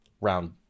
round